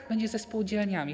Co będzie ze spółdzielniami?